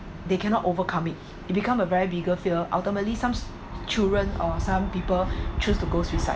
they cannot overcome it it become a very bigger fear ultimately some children or some people choose to go suicide